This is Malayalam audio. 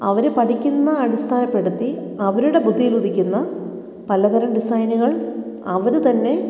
അവർ പഠിക്കുന്ന അടിസ്ഥാനപ്പെടുത്തി അവരുടെ ബുദ്ധിയിലുദിക്കുന്ന പലതരം ഡിസൈനുകൾ അവരു തന്നെ